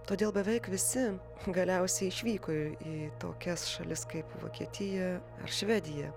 todėl beveik visi galiausiai išvyko į tokias šalis kaip vokietija švedija